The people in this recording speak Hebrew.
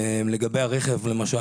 לגבי הרכב למשל,